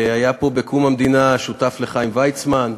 שהיה פה בקום המדינה, שותף לחיים ויצמן,